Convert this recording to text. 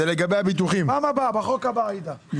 במקום "רשאי" יבוא "נדרש".